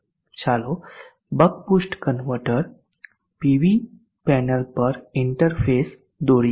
ચાલો buck boost converter PV panel પર interface દોરીએ